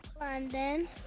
London